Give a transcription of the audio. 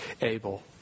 Abel